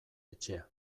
etxea